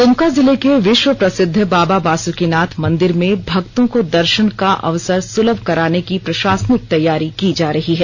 दुमका जिले के विश्व प्रसिद्ध बाबा बासुकिनाथ मंदिर में भक्तों को दर्शन का अवसर सुलभ कराने की प्रशासनिक तैयारी की जा रही है